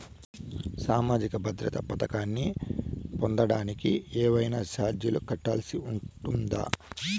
సామాజిక భద్రత పథకాన్ని పొందడానికి ఏవైనా చార్జీలు కట్టాల్సి ఉంటుందా?